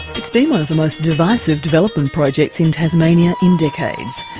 it's been one of the most divisive development projects in tasmania in decades.